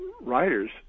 writers